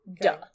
Duh